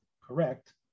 correct